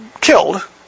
killed